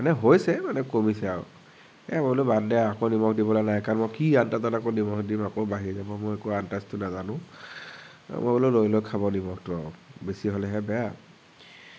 মানে হৈছে মানে কমিছে আও এ মই বোলো বাদদে আও আকৌ নিমখ দিবলে নাই কাৰণ মই কি আণ্ডাজত আকৌ নিমখ দিম আকৌ বাঢ়ি যাব মই একো আণ্ডাজটো নাজানো মই বোলো লৈ লৈ খাব নিমখটো আও বেছি হ'লেহে বেয়া